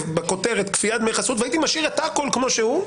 בכותרת כפיית דמי חסות והייתי משאיר הכול כמו שהוא,